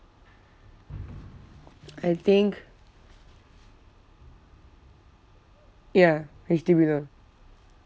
I'll think ya H_D_B loan